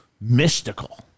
mystical